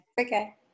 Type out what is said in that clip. Okay